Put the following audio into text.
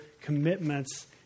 commitments